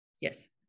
Yes